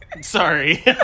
sorry